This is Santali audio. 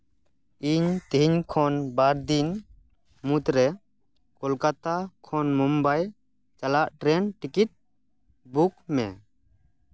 ᱤᱧ ᱛᱮᱦᱮᱧ ᱠᱷᱚᱱ ᱵᱟᱨᱫᱤᱱ ᱢᱩᱫᱽᱨᱮ ᱠᱳᱞᱠᱟᱛᱟ ᱠᱷᱚᱱ ᱢᱩᱢᱵᱟᱭ ᱪᱟᱞᱟᱜ ᱴᱨᱮᱱ ᱴᱤᱠᱤᱴ ᱵᱩᱠ ᱢᱮ